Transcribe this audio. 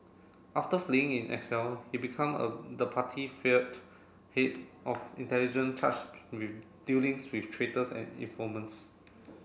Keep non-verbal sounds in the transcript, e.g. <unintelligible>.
after fleeing in exile he become a the party feared head of intelligence <unintelligible> with dealings with traitors and informants